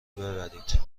ببرید